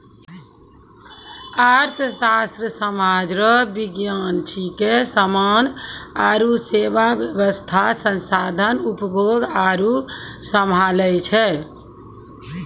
अर्थशास्त्र सामाज रो विज्ञान छिकै समान आरु सेवा वेवस्था संसाधन उपभोग आरु सम्हालै छै